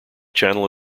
channel